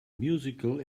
musical